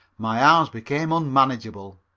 my arms became unmanageable.